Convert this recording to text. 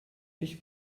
ich